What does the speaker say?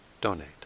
donate